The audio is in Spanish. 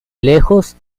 lejos